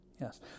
Yes